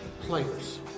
players